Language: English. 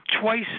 Twice